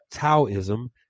Taoism